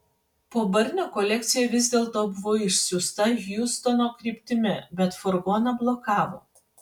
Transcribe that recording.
po barnio kolekcija vis dėlto buvo išsiųsta hjustono kryptimi bet furgoną blokavo